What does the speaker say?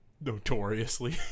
Notoriously